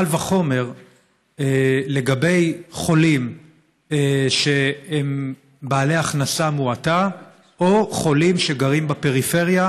קל וחומר לגבי חולים שהם בעלי הכנסה מועטה או חולים שגרים בפריפריה,